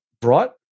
brought